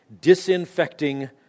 disinfecting